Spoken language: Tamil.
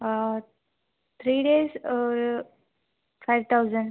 த்ரீ டேஸ் ஒரு ஃபை தௌசண்ட்